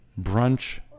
brunch